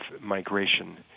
migration